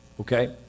okay